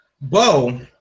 Bo